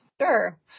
Sure